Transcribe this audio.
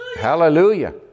Hallelujah